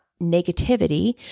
negativity